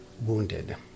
wounded